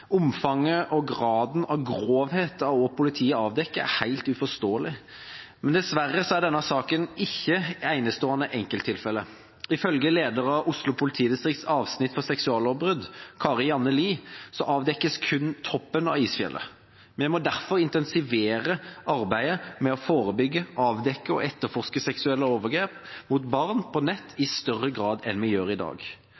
Omfanget og graden av grovhet i det som politiet avdekket, er helt uforståelig. Men dessverre er denne saken ikke et enestående enkelttilfelle. Ifølge lederen av Oslo politidistrikts avsnitt for seksuallovbrudd, Kari-Janne Lid, avdekkes kun toppen av isfjellet. Vi må derfor intensivere arbeidet med å forebygge, avdekke og etterforske seksuelle overgrep mot barn på nettet i